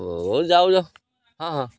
ହୋ ଯାଉ ଯାଉ ହଁ ହଁ